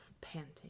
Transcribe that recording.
panting